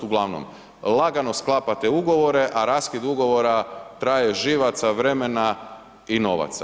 Uglavnom lagano sklapate ugovore, a raskid ugovora traje živaca, vremena i novaca.